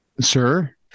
Sir